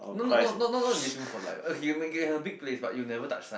not not not not not not in this room for like okay you can have a big place but you never touch sun